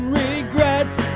regrets